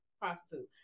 prostitute